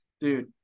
Dude